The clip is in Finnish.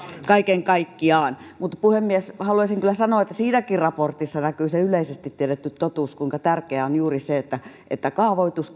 kaiken kaikkiaan puhemies haluaisin sanoa että kyllä siinäkin raportissa näkyy se yleisesti tiedetty totuus kuinka tärkeää on juuri se että että kaavoitus